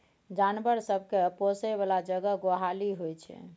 जानबर सब केँ पोसय बला जगह गोहाली होइ छै